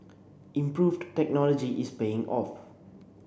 improved technology is paying off